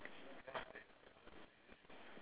on the right of the